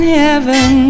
heaven